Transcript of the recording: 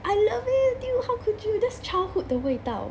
I love it dude how could you that's childhood 的味道